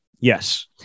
yes